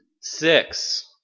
six